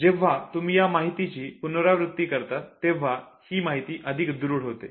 जेव्हा तुम्ही या माहितीची पुनरावृत्ती करतात तेव्हा ही माहिती अधिक दृढ होते